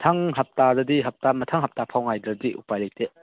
ꯃꯊꯪ ꯍꯞꯇꯥꯗꯗꯤ ꯍꯞꯇꯥ ꯃꯊꯪ ꯍꯞꯇꯥꯐꯥꯎ ꯉꯥꯏꯗ꯭ꯔꯗꯤ ꯎꯄꯥꯏ ꯂꯩꯇꯦ